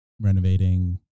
renovating